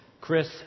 Chris